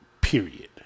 period